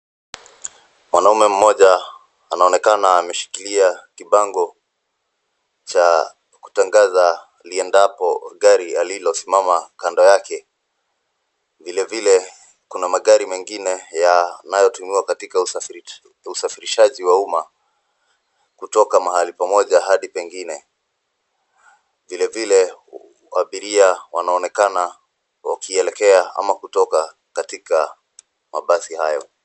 Mwanaume mmoja anaonekana ameshikilia kibango cha kutangaza liendapo gari alilosimama kando yake. Vilevile kuna magari mengine yanayotimiwa katika usafirishaji wa umma, kutoka mahali pamoja hadi pengine. Vilevile abiria wanaonekana wakielekea ama kutoka, katika mabasi hayo.